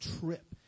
trip